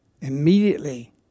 immediately